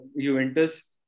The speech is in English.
Juventus